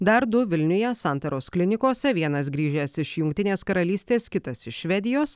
dar du vilniuje santaros klinikose vienas grįžęs iš jungtinės karalystės kitas iš švedijos